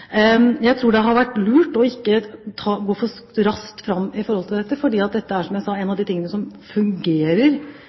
Jeg tror det har vært lurt ikke å gå for raskt fram her, for dette er, som jeg sa, en av de tingene som fungerer,